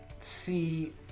see